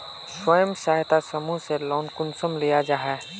स्वयं सहायता समूह से लोन कुंसम लिया जाहा?